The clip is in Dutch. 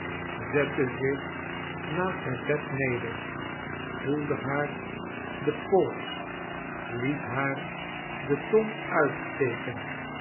zette zich naast het bed neder voelde haar den pols liet haar de tong uitsteken